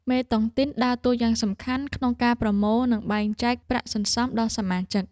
មេតុងទីនដើរតួយ៉ាងសំខាន់ក្នុងការប្រមូល និងបែងចែកប្រាក់សន្សំដល់សមាជិក។